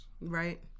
Right